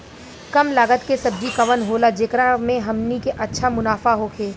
कम लागत के सब्जी कवन होला जेकरा में हमनी के अच्छा मुनाफा होखे?